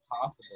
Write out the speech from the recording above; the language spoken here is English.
possible